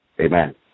Amen